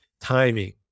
timing